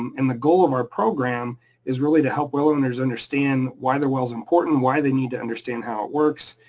um and the goal of our program is really to help well owners understand why their wells are important, why they need to understand how it works,